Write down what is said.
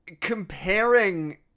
comparing